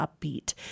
upbeat